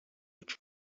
each